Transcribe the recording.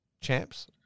champs